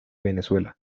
venezuela